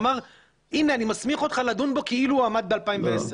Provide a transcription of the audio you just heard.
ואמר; הנה אני מסמיך אותך לדון בו כאילו הוא עמד באלפיים ועשר.